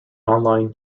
online